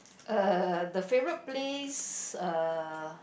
uh the favourite place uh